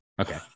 Okay